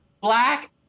black